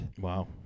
Wow